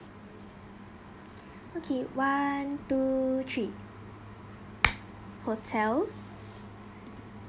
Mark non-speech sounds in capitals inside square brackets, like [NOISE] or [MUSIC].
okay one two three [NOISE] hotel